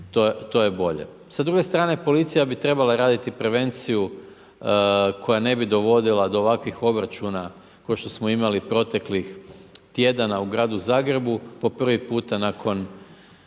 to je bolje. S druge strane, policija bi trebala raditi prevenciju, koja ne bi dovodila do ovakvih obračuna, ko što smo imali proteklih tjedana u Gradu Zagrebu, po prvi puta, nakon